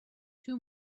two